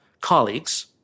colleagues